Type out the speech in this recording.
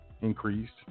increased